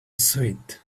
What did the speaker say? suit